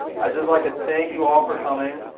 i'd just like to thank you all for coming.